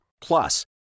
Plus